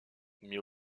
mais